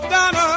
Donna